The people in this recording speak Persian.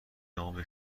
نام